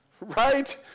right